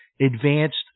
advanced